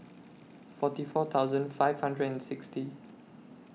forty four thousand five hundred and sixty